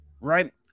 right